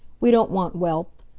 we don't want wealth.